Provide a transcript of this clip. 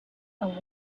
are